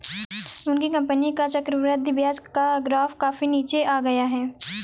उनकी कंपनी का चक्रवृद्धि ब्याज का ग्राफ काफी नीचे आ गया है